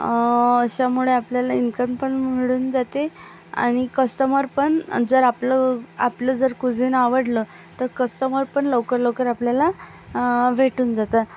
अशामुळे आपल्याला इन्कम पण मिळून जाते आणि कस्टमर पण जर आपलं आपलं जर कुझीन आवडलं तर कस्टमर पण लवकर लवकर आपल्याला भेटून जातं